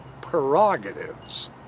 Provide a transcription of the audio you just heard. prerogatives